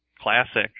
Classic